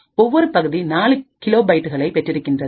ஒவ்வொரு பகுதி 4 கிலோ பைட்களை பெற்றிருக்கின்றது